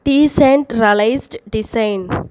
decentralized design